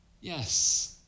Yes